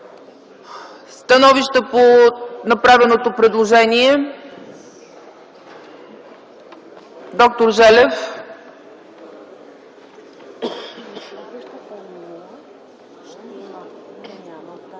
Становище по направеното предложение – д-р Желев.